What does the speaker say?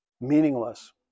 meaningless